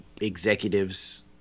executives